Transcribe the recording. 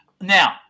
Now